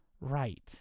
Right